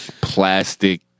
plastic